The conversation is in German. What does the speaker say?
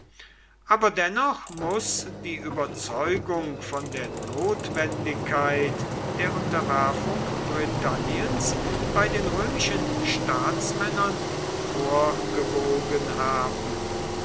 aber dennoch muß die überzeugung von der notwendigkeit der unterwerfung britanniens bei den römischen staatsmännern vorgewogen haben